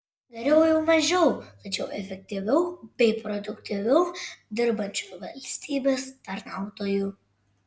geriau jau mažiau tačiau efektyviau bei produktyviau dirbančių valstybės tarnautojų